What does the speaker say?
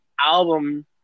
album